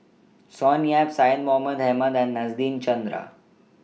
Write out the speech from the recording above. Sonny Yap Syed Mohamed Ahmed and Nadasen Chandra